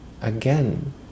again